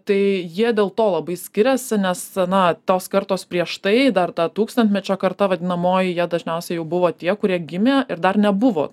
tai jie dėl to labai skiriasi nes na tos kartos prieš tai dar ta tūkstantmečio karta vadinamoji jie dažniausiai jau buvo tie kurie gimė ir dar nebuvo